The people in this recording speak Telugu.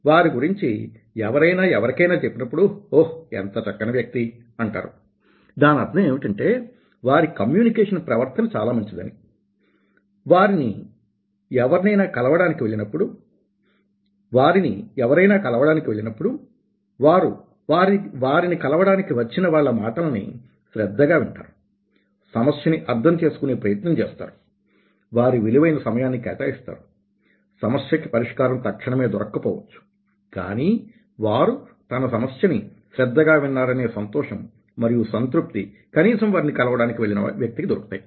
వారి గురించి ఎవరైనా ఎవరికైనా చెప్పినప్పుడు ఓహ్ ఎంత చక్కని వ్యక్తి అంటారు దాని అర్థం ఏమిటంటే వారి కమ్యూనికేషన్ ప్రవర్తన చాలా మంచిదని వారిని ఎవరైనా కలవడానికి వెళ్లినప్పుడు వారు వారిని కలవడానికి వచ్చిన వాళ్ల మాటలని శ్రద్ధగా వింటారు సమస్యని అర్థం చేసుకునే ప్రయత్నం చేస్తారు వారి విలువైన సమయాన్ని కేటాయిస్తారు సమస్యకి పరిష్కారం తక్షణమే దొరకక పోవచ్చు కానీ వారు తన సమస్యని శ్రద్ధగా విన్నారనే సంతోషం మరియు సంతృప్తి కనీసం వారిని కలవడానికి వెళ్లిన వ్యక్తికి దొరుకుతాయి